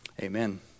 Amen